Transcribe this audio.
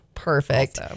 Perfect